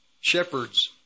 Shepherds